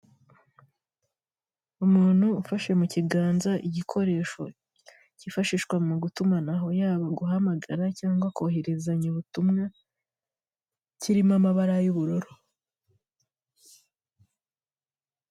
Umuntu ufashe mu kiganza igikoresho, kifashishwa mu gutumanaho yaba guhamagara cyangwa koherezanya ubutumwa kirimo amabara y'ubururu.